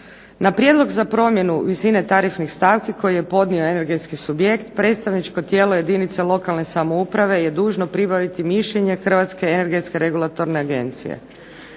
Na prijedlog za promjenu visine tarifnih stavki koju je podnio energetski subjekt, predstavničko tijelo jedinica lokalne samouprave je dužno pribaviti mišljenje Hrvatske energetske regulatorne agencije.